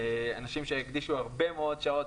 אנשים שהקדישו הרבה מאוד שעות.